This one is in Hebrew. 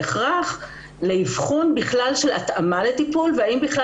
זה את ההכרח לאבחון בכלל של התאמה לטיפול והאם בכלל